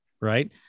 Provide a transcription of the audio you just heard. right